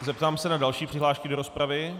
Zeptám se na další přihlášky do rozpravy.